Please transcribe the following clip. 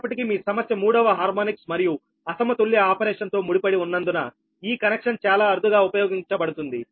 అయినప్పటికీ మీ సమస్య మూడవ హార్మోనిక్స్ మరియు అసమతుల్య ఆపరేషన్తో ముడిపడి ఉన్నందున ఈ కనెక్షన్ చాలా అరుదుగా ఉపయోగించబడుతుంది